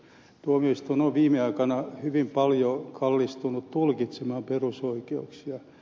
tuomioistuin on viime aikoina hyvin paljon kallistunut tulkitsemaan perusoikeuksia